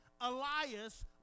Elias